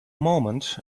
moment